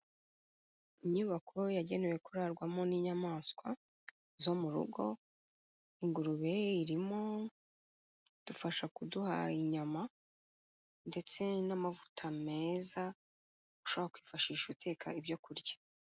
Inyubako yagenewe kurarwamo n'inyamaswa zo mu rugo, ingurube irimo idufasha kuduha inyama ndetse n'amavuta meza ushobora kwifashisha uteka ibyo kurya.